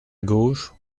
gauche